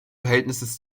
verhältnisses